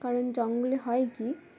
কারণ জঙ্গলে হয় কি